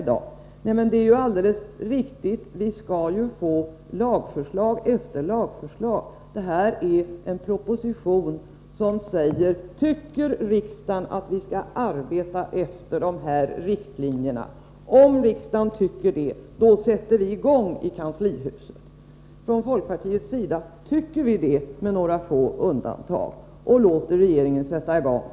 Nej, men det är ju alldeles riktigt; vi skall ju få lagförslag efter lagförslag. Det här är en proposition som säger: Tycker riksdagen att vi skall arbeta efter de här riktlinjerna? Om riksdagen tycker det, sätter vi i gång i kanslihuset. I folkpartiet tycker vi det, med några få undantag, och låter regeringen sätta i gång.